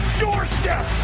doorstep